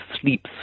sleeps